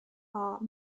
are